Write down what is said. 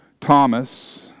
Thomas